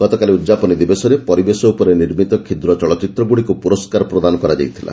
ଗତକାଲି ଉଦ୍ଯାପନୀ ଦିବସରେ ପରିବେଶ ଉପରେ ନିର୍ମିତ କ୍ଷୁଦ୍ର ଚଳଚ୍ଚିତ୍ରଗୁଡ଼ିକୁ ପୁରସ୍କାର ପ୍ରଦାନ କରାଯାଇଥିଲା